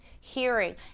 hearing